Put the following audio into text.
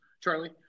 Charlie